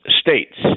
states